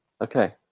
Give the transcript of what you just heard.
Okay